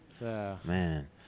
man